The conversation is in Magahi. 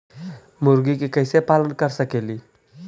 मुर्गि के कैसे पालन कर सकेली?